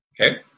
Okay